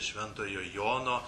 šventojo jono